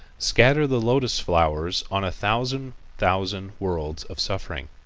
scatter the lotus flowers on a thousand thousand worlds of suffering,